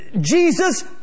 Jesus